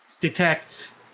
detect